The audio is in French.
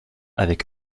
avec